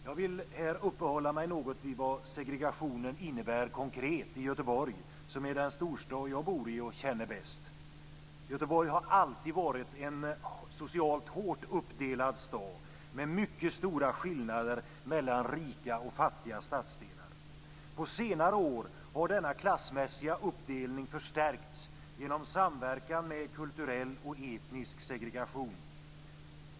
Jag vill här uppehålla mig något vid vad segregationen innebär konkret i Göteborg, den storstad som jag bor i och känner bäst. Göteborg har alltid varit en socialt hårt uppdelad stad, med mycket stora skillnader mellan rika och fattiga stadsdelar. På senare år har denna klassmässiga uppdelning förstärkts genom samverkan med kulturell och etnisk segregation.